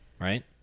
right